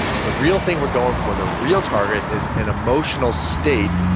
so the real thing we're going for the real target is an emotional state,